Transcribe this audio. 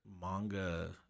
manga